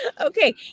Okay